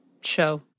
show